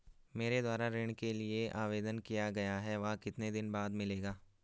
मेरे द्वारा ऋण के लिए आवेदन किया गया है वह कितने दिन बाद मिलेगा?